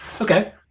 okay